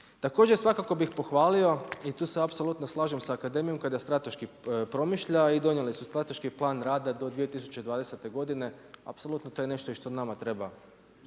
Također, svakako bi pohvalio i tu se apsolutno slažem sa akademijom kada strateški promišlja i donijeli su strateški Plan rada do 2020. godine, apsolutno to je nešto što i nama treba